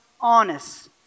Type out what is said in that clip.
honest